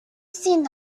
seen